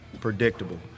predictable